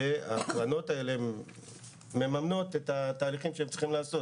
הקרנות הללו מממנות את התהליכים שהן צריכות לעשות,